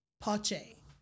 Pache